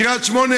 קריית שמונה,